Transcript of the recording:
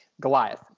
Goliath